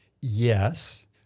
Yes